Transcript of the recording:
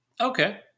Okay